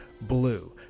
BLUE